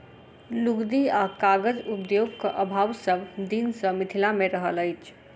लुगदी आ कागज उद्योगक अभाव सभ दिन सॅ मिथिला मे रहल अछि